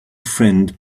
friend